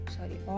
Sorry